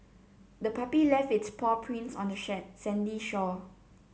the puppy left its paw prints on the sandy shore